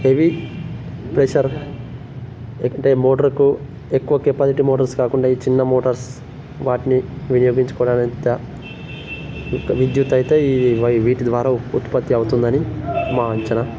heavy pressure ఎక్కితే మోటర్కు ఎక్కువ కెపాసిటీ మోటార్స్ కాకుండా ఈ చిన్న మోటర్స్ వాటిని వినియోగించుకోవడ మధ్య ఇక విద్యుత్ అయితే ఈ వై వీటి ద్వారా ఉత్పత్తి అవుతుందని మా అంచనా